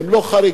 הם לא חריגים,